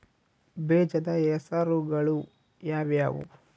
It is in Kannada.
ಬೇಜದ ಹೆಸರುಗಳು ಯಾವ್ಯಾವು?